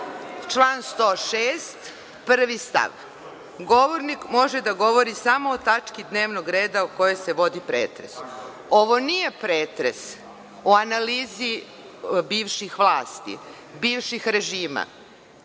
član 106. prvi stav – govornik može da govori samo o tački dnevnog reda o kojoj se vodi pretres. Ovo nije pretres o analizi bivših vlasti, bivših režima,